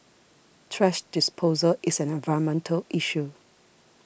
thrash disposal is an environmental issue